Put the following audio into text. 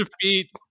defeat